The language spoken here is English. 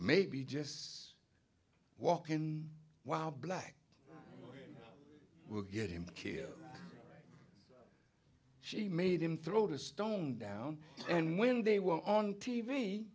maybe just walk in while black will get him killed she made him throw the stone down and when they were on t